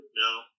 No